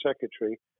secretary